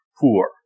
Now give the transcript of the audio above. poor